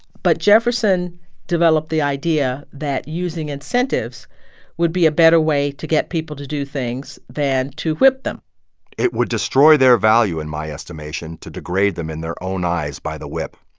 but jefferson developed the idea that using incentives would be a better way to get people to do things than to whip them it would destroy their value, in my estimation, to degrade them in their own eyes by the whip.